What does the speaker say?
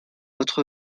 autre